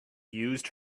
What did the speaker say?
used